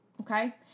okay